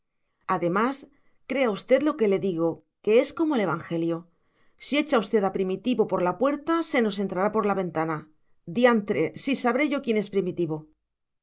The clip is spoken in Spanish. además crea usted lo que le digo que es como el evangelio si echa usted a primitivo por la puerta se nos entrará por la ventana diantre si sabré yo quién es primitivo